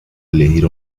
elegir